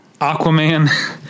Aquaman